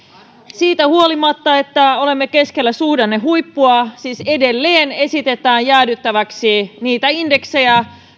siitä huolimatta että olemme keskellä suhdannehuippua siis edelleen esitetään jäädytettäväksi niitä indeksejä